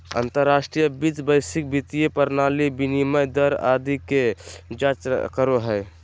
अंतर्राष्ट्रीय वित्त वैश्विक वित्तीय प्रणाली, विनिमय दर आदि के जांच करो हय